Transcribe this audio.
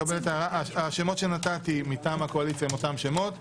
השמות שנתתי מטעם הקואליציה הם אותם שמות.